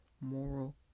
moral